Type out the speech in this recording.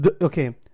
okay